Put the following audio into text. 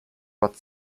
gott